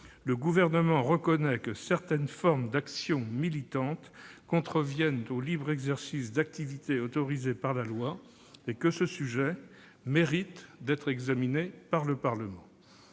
Le Gouvernement reconnaît que certaines formes d'actions militantes contreviennent au libre exercice d'activités autorisées par la loi et que ce sujet mérite d'être examiné par le Parlement.